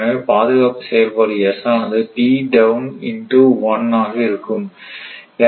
எனவே பாதுகாப்பு செயல்பாடு S ஆனது p டவுன் இன் டூ 1 ஆக இருக்கும்